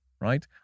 right